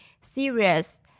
serious